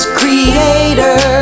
creator